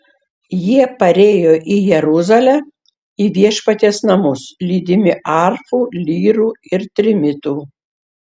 jie parėjo į jeruzalę į viešpaties namus lydimi arfų lyrų ir trimitų